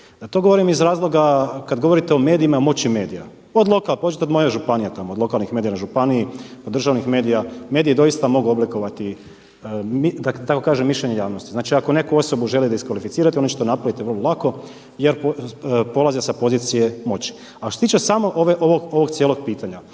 to govorim iz razloga kada govorite o medijima, moći medija, pođite od moje županije tamo od lokalnih medija na županiji do državnih medija. Mediji doista mogu oblikovati da tako kaže mišljenje javnosti, znači ako neku osobu žele diskvalificirati oni će to napraviti vrlo lako jer polaze sa pozicije moći. A što se tiče ovog cijelog pitanja